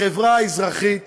החברה האזרחית